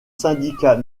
syndicat